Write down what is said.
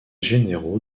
généraux